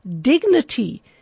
dignity